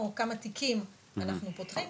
או כמה תיקים אנחנו פותחים,